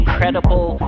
Incredible